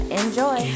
enjoy